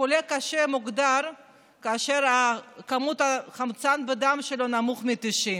חולה קשה מוגדר כך כאשר כמות החמצן בדם שלו נמוכה מ-90.